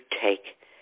take